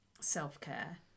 self-care